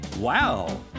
Wow